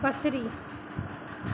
बसरी